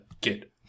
get